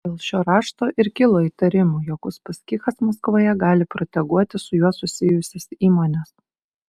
dėl šio rašto ir kilo įtarimų jog uspaskichas maskvoje gali proteguoti su juo susijusias įmones